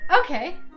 Okay